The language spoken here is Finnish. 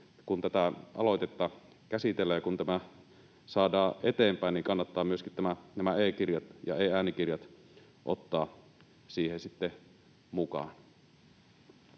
kun tätä aloitetta käsitellään ja kun tämä saadaan eteenpäin, kannattaa myöskin e-kirjat ja e-äänikirjat ottaa siihen mukaan.